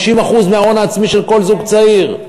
מההון העצמי של כל זוג צעיר.